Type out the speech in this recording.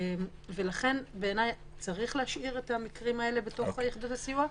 לכן בעיניי צריך להשאיר את המקרים האלה בתוך יחידות הסיוע,